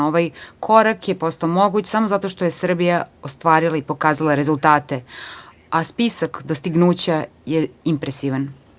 Ovaj korak je postao moguć samo zato što je Srbija ostvarila i pokazala rezultate, a spisak dostignuća je impresivan.